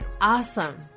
Awesome